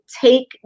take